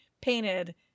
painted